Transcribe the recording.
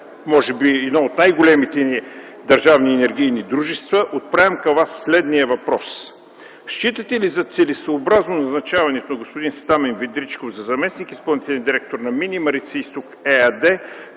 може би едно от най-големите държавни енергийни дружества, отправям към Вас следния въпрос – считате ли за целесъобразно назначаването на господин Стамен Ведричков за заместник-изпълнителен директор на „Мини Марица изток” ЕАД,